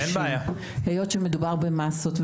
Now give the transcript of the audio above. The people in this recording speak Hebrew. היות ומדובר במסות.